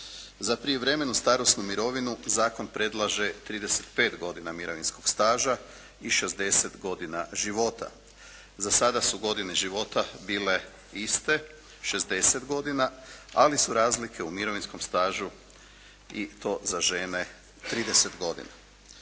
Za prijevremenu starosnu mirovinu zakon predlaže 35 godina mirovinskog staža i 60 godina života. Za sada su godine života bile iste 60 godina, ali su razlike u mirovinskom stažu i to za žene 30 godina.